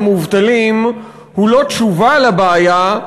הוא לא תשובה לבעיה,